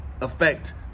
affect